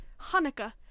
hanukkah